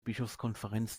bischofskonferenz